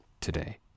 today